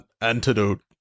antidote